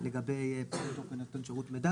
יוטל רק אמצעי אכיפה אחד.